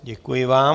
Děkuji vám.